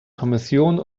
kommission